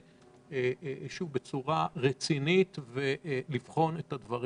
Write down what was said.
בצורה רצינית תוך בחינה של הדברים.